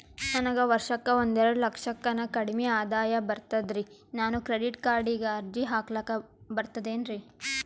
ನನಗ ವರ್ಷಕ್ಕ ಒಂದೆರಡು ಲಕ್ಷಕ್ಕನ ಕಡಿಮಿ ಆದಾಯ ಬರ್ತದ್ರಿ ನಾನು ಕ್ರೆಡಿಟ್ ಕಾರ್ಡೀಗ ಅರ್ಜಿ ಹಾಕ್ಲಕ ಬರ್ತದೇನ್ರಿ?